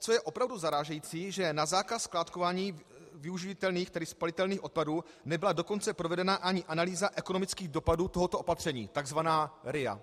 Co je opravdu zarážející, že na zákaz skládkování využitelných tedy spalitelných odpadů nebyla dokonce provedena ani analýza ekonomických dopadů tohoto opatření, takzvaná RIA.